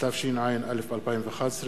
התשע"א 2011,